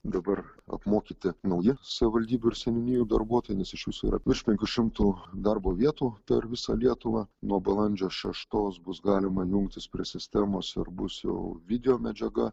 dabar apmokyti nauji savivaldybių ir seniūnijų darbuotojai nes iš viso yra virš penkių šimtų darbo vietų per visą lietuvą nuo balandžio šeštos bus galima jungtis prie sistemos ir bus jau videomedžiaga